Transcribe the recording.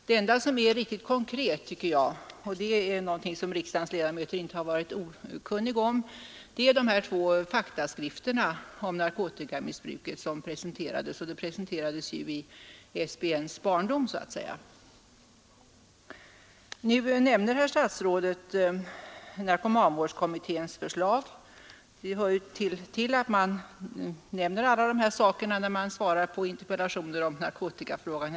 Det enda som är riktigt konkret — och det är något som riksdagens ledamöter inte har varit okunniga om — är de två faktaskrifterna om narkotikamissbruket, och de presenterades ju i SBN:s barndom så att säga. Nu nämner herr statsrådet narkomanvårdskommitténs förslag. Det hör ju till att man nämner alla de här sakerna när man svarar på interpellationer om narkotikafrågan.